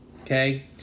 okay